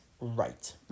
right